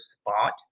spot